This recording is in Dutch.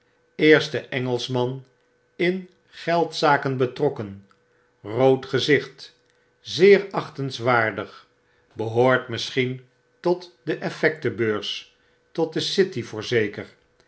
eerste engelschman in geldzakenbetrokken rood gezicht zeer achtenswaardig behoort misschien tot de effectenbeurs tot de city voorzeker